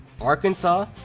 Arkansas